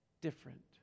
Different